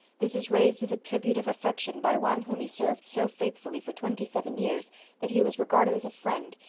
this is raised as a tribute of affection by one whom he served so faithfully for twenty seven years that he was regarded as a friend,